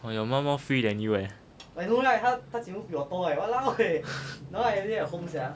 !wah! your mum more free than you eh